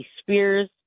Spears